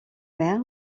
maire